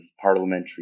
parliamentary